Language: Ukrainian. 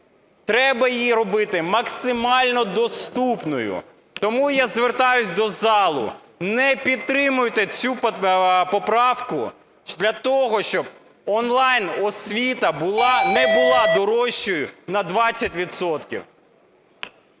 Треба її робити максимально доступною. Тому я звертаюсь до зали, не підтримуйте цю поправку для того, щоб онлайн-освіта була, не була дорожчою на 20